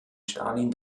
stalin